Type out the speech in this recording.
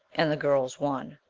and the girls won.